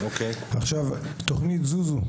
תוכנית "זוזו",